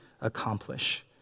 accomplish